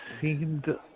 seemed